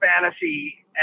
fantasy